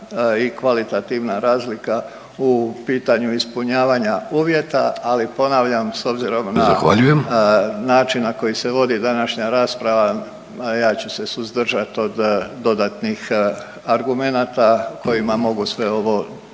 i kvalitativna razlika u pitanju ispunjavanja uvjeta, ali ponavljam, s obzirom na .../Upadica: Zahvaljujem./... način na koji se vodi današnja rasprava, a ja ću se suzdržati od dodatnih argumenata kojima mogu sve ovo